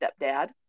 stepdad